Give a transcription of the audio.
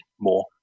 more